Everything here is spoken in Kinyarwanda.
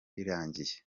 rirangiye